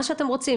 מה שאתם רוצים.